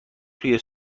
توی